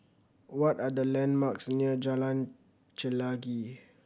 what are the landmarks near Jalan Chelagi